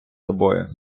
тобою